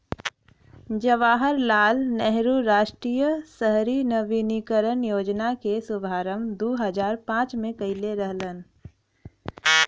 जवाहर लाल नेहरू राष्ट्रीय शहरी नवीनीकरण योजना क शुभारंभ दू हजार पांच में कइले रहलन